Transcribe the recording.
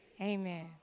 Amen